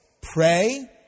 pray